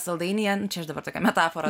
saldainyje čia aš dabar tokią metaforą